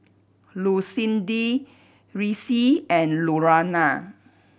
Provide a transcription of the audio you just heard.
Lucindy Reece and Lurana